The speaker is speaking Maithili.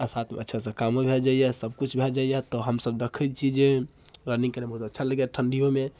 आ साथमे अच्छासँ कामो भए जाइया सबकुछ भए जइया तऽ हमसब देखैत छी जे रनिङ्ग केनाइ बहुत अच्छा लगैए ठन्डीयोमे